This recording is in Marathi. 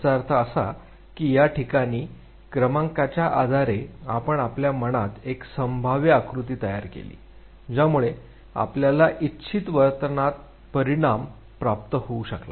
याचा अर्थ असा की या ठिकाणी क्रमांकाच्या आधारे आपण आपल्या मनात एक संभाव्य आकृती तयार केली ज्यामुळे आपल्याला इच्छित वर्तनात परिणाम प्राप्त होऊ शकला